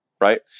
right